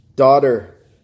Daughter